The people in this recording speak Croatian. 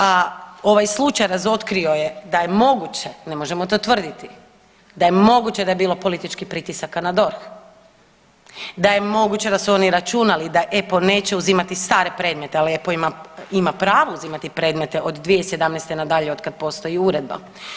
A ovaj slučaj razotkrio je da je moguće, ne možemo to tvrditi, da je moguće da je bilo političkih pritisaka DORH, da je moguće da su oni računali da je EPPO neće uzimati stare predmetne, ali EPPO ima pravo uzimati predmete od 2017. nadalje od kad postoji uredba.